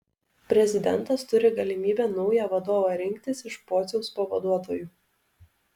prezidentas turi galimybę naują vadovą rinktis iš pociaus pavaduotojų